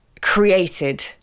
created